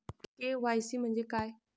KYC म्हंजे काय?